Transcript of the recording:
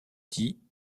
dit